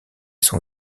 son